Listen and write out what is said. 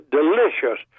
delicious